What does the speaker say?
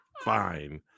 fine